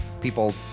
people